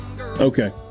Okay